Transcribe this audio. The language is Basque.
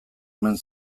omen